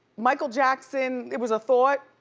michael jackson, it was a thought.